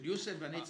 של יוסף ואני הצטרפתי.